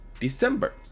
december